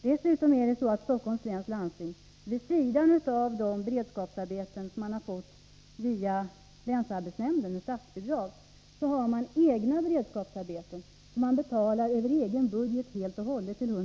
Dessutom har Stockholms läns landsting, vid sidan om de beredskapsarbeten med statsbidrag som man fått via länsarbetsnämnden, egna beredskapsarbeten som man betalar över egen budget.